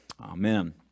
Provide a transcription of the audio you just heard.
Amen